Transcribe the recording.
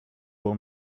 will